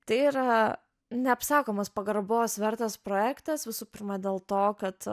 tai yra neapsakomas pagarbos vertas projektas visų pirma dėl to kad